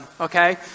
okay